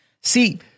See